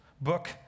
book